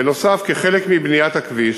בנוסף, כחלק מבניית הכביש,